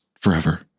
forever